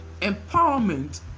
Empowerment